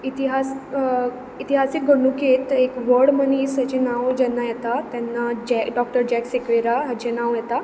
इतिहास इतिहासीक घडणुकेंत एक व्हड मनीसाची नांवां जेन्ना येतात तेन्ना जे डॉ जेक सिक्वेरा हाचें नांव येता